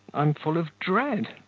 i'm full of dread.